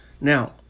Now